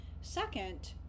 second